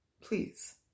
please